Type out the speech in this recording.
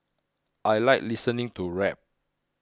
I like listening to rap